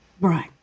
Right